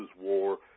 war